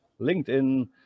LinkedIn